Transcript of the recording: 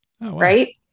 right